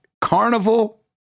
carnival